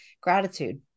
gratitude